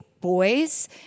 boys